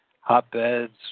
hotbeds